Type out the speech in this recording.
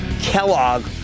Kellogg